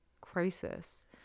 crisis